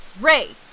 Ray